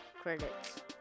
Credits